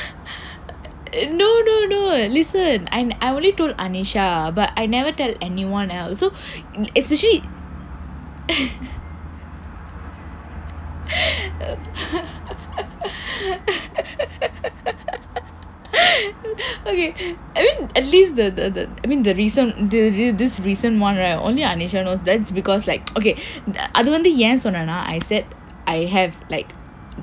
no no no listen I only told anisha but I never tell anyone else so especially ok I mean at least the the I mean the reason this this recent one right only anisha know that's because like ok அது வந்து ஏன் சொன்னேன்னா:athu vandthu een sonneennaa I said that I have like